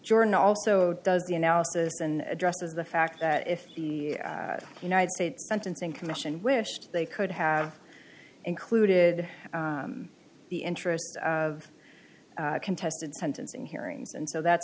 jordan also does the analysis and addresses the fact that if the united states sentencing commission wished they could have included the interests of contested sentencing hearings and so that